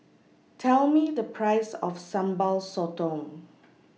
Tell Me The Price of Sambal Sotong